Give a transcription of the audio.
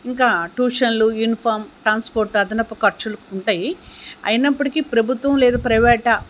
ఇంకా ట్యూషన్లు uniform transport అదనపు ఖర్చులు ఉంటాయి అయినప్పటికీ ప్రభుత్వం లేదు ప్రైవేట్